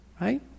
Right